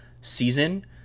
season